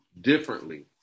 differently